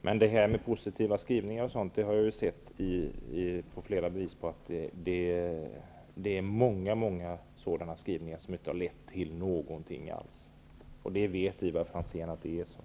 Men jag har alltså sett att många positiva skrivningar inte har lett till någonting alls -- och Ivar Franzén vet att det är så.